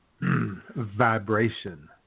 vibration